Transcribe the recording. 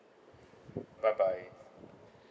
bye bye